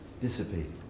dissipated